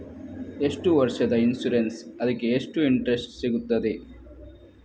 ಎಷ್ಟು ವರ್ಷದ ಇನ್ಸೂರೆನ್ಸ್ ಅದಕ್ಕೆ ಎಷ್ಟು ಇಂಟ್ರೆಸ್ಟ್ ಸಿಗುತ್ತದೆ?